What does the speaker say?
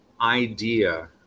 idea